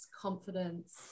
confidence